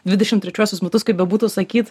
dvidešimt trečiuosius metus kaip bebūtų sakyt